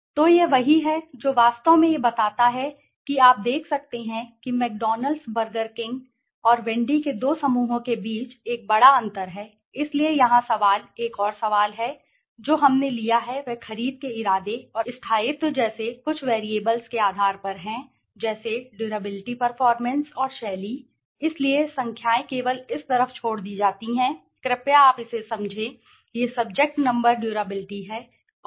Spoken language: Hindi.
तो यह वही है जो वास्तव में यह बताता है कि आप देख सकते हैं कि McDonald's burger king Donald's Burger king और वेंडी के दो समूहों के बीच एक बड़ा अंतर है इसलिए यहां सवाल एक और सवाल है जो हमने लिया है वह खरीद के इरादे और स्थायित्व जैसे कुछ वैरिएबल्स के आधार पर है जैसे डुराबिलिटी परफॉरमेंस और शैली इसलिए संख्याएँ केवल इस तरफ छोड़ दी जाती हैं कृपया आप इसे समझें यह सब्जेक्ट नंबर डुराबिलिटी है यह डुराबिलिटी है